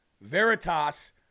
Veritas